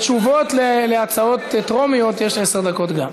בתשובות להצעות טרומיות יש עשר דקות גג.